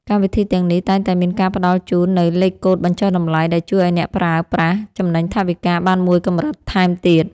កម្មវិធីទាំងនេះតែងតែមានការផ្ដល់ជូននូវលេខកូដបញ្ចុះតម្លៃដែលជួយឱ្យអ្នកប្រើប្រាស់ចំណេញថវិកាបានមួយកម្រិតថែមទៀត។